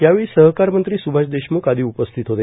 यावेळी सहकार मंत्री सुभाष देशमुख आदी उपस्थित होते